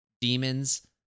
Demons